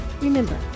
remember